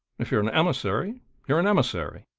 if you're an emissary you're an emissary.